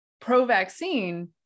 pro-vaccine